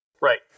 Right